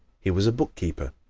he was a bookkeeper.